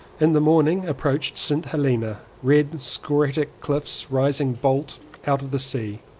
in the morning approached st. helena red scoriae cliffs rising bolt out of the sea.